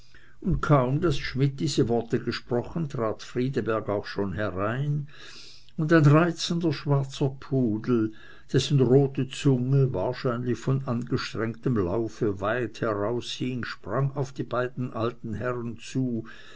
und kaum daß schmidt diese worte gesprochen trat friedeberg auch schon herein und ein reizender schwarzer pudel dessen rote zunge wahrscheinlich von angestrengtem laufe weit heraushing sprang auf die beiden alten herren zu